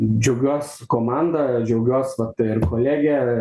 džiaugiuos komanda džiaugiuos vat ir kolegė